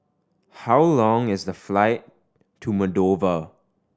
how long is the flight to Moldova